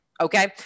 Okay